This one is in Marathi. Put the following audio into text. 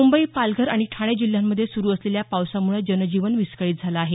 मुंबई पालघर आणि ठाणे जिल्ह्यांमधे सुरू असलेल्या पावसामुळे जनजीवन विस्कळीत झालं आहे